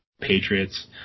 Patriots